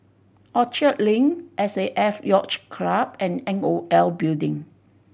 Orchard Link S A F Yacht Club and N O L Building